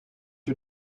you